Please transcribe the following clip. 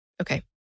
Okay